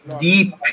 deep